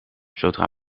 zodra